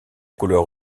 couleur